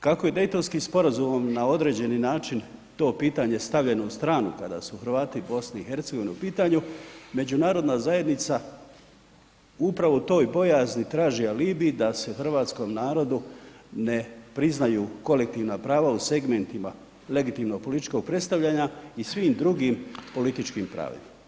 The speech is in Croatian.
Kako je Dejtonskim sporazumom na određeni način to pitanje stavljeno u stranu kada su Hrvati u BiH u pitanju, međunarodna zajednica upravo u toj bojazni traži alibi da se hrvatskom narodu ne priznaju kolektivna prava u segmentima legitimno političkog predstavljanja i svim drugim političkim pravima.